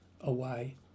away